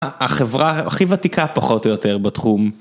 החברה הכי ותיקה פחות או יותר בתחום.